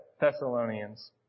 Thessalonians